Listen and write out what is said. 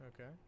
Okay